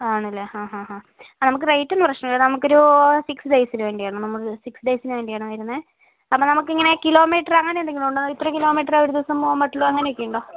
ആണല്ലേ ഹാ ഹാ ഹാ നമുക്ക് റേറ്റ് ഒന്നും പ്രശ്നമില്ല നമുക്കൊരു സിക്സ് ഡേയ്സിന് വേണ്ടിയായിരുന്നു നമ്മൾ സിക്സ് ഡേയ്സിന് വേണ്ടിയാണ് വരുന്നത് അപ്പോൾ നമുക്കിങ്ങനെ കിലോമീറ്റർ അങ്ങനെയെന്തെങ്കിലും ഉണ്ടോ ഇത്ര കിലോമീറ്ററേ ഒരു ദിവസം പോകാൻ പറ്റുള്ളൂ അങ്ങനെയൊക്കെയുണ്ടോ